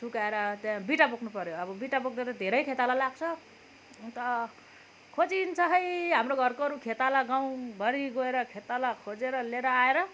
सुकाएर त्यहाँ बिटा बोक्नु पऱ्यो अब बिटा बोक्दा त धेरै खेताला लाग्छ अन्त खोजि हिड्हैछ हाम्रो घरकोहरू खेताला गाउँभरि गएर खेताला खोजेर लिएर आएर